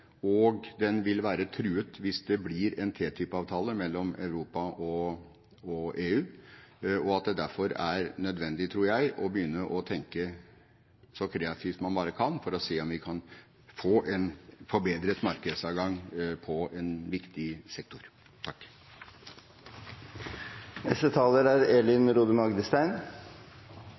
i den kommende avtalen, er norsk fiskerinærings markedsadgang i Europa ikke tilfredsstillende og vil være truet hvis det blir en TTIP-avtale mellom Europa og EU. Det er derfor nødvendig, tror jeg, å begynne å tenke så kreativt man bare kan, for å se om vi kan få en forbedret markedsadgang for en viktig sektor.